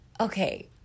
Okay